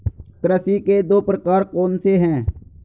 कृषि के दो प्रकार कौन से हैं?